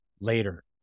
later